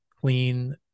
clean